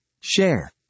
Share